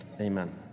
amen